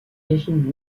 régime